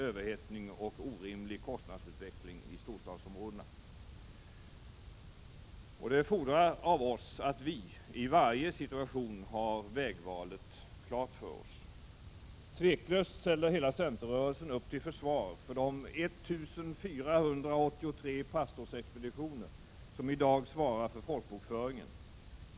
Detta fordrar av oss att vi, i varje situation, har vägvalet klart för oss. Tveklöst ställer hela centerrörelsen upp till försvar för de 1 483 pastorsexpeditioner som i dag svarar för folkbokföringen.